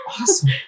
awesome